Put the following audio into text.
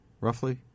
roughly